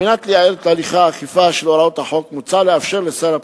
כדי לייעל את הליכי האכיפה של הוראות החוק מוצע לאפשר לשר הפנים,